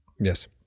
Yes